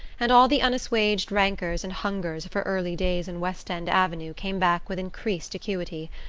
and all the unassuaged rancours and hungers of her early days in west end avenue came back with increased acuity.